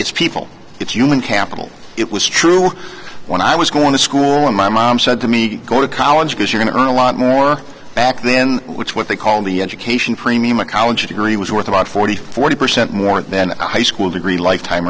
it's people it's human capital it was true when i was going to school and my mom said to me go to college because you're in a lot more back then which what they call the education premium a college degree was worth about forty forty percent more than a high school degree lifetime